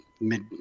mid